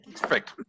Perfect